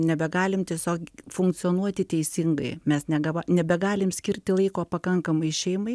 nebegalim tiesiog funkcionuoti teisingai mes nega nebegalim skirti laiko pakankamai šeimai